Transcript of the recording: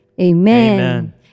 Amen